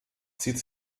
zieht